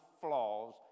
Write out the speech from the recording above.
flaws